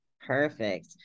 Perfect